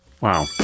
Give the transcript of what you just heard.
Wow